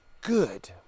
good